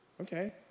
okay